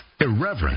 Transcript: Irreverent